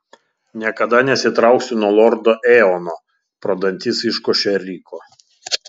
niekada nesitrauksiu nuo lordo eono pro dantis iškošė ryko